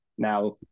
Now